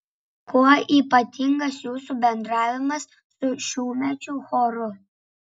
kuo ypatingas jūsų bendravimas su šiųmečiu choru